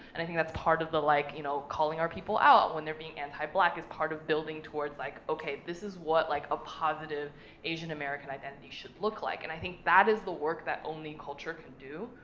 and i think that's part of the, like, you know, calling our people out when they're being anti-black is part of building towards, like, okay, this is what, like, a positive asian american identity should look like, and i think that is the work that only culture can do,